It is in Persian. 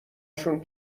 شون